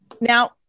Now